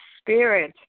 spirit